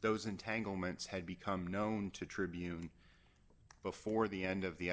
those entanglements had become known to tribune before the end of the